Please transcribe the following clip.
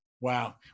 Wow